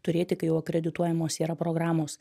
turėti kai jau akredituojamos yra programos